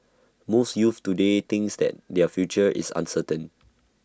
most youths today thinks that their future is uncertain